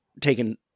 taken